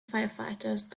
firefighters